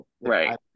Right